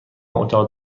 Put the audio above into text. اتاق